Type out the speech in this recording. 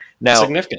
now